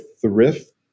thrift